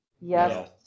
Yes